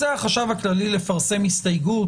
רוצה החשב הכללי לפרסם הסתייגות